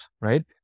Right